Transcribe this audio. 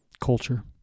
Culture